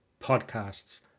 podcasts